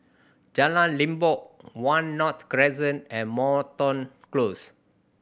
Jalan Limbok One North Crescent and Moreton Close